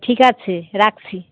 ঠিক আছে রাখছি